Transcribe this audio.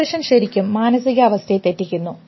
depression ശരിക്കും മാനസികാവസ്ഥയെ തെറ്റിക്കുന്നു